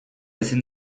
ezin